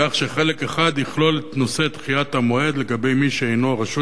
כך שחלק אחד יכלול את נושא דחיית המועד לגבי מי שאינו רשות